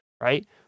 right